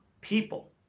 people